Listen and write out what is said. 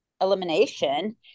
elimination